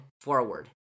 forward